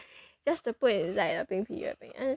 just to put inside the 冰皮月饼 and